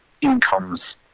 incomes